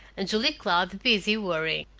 and julia cloud busy worrying.